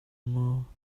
maw